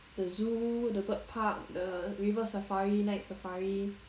the zoo the bird park the river safari night safari